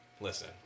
listen